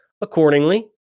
accordingly